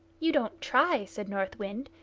you don't try said north wind,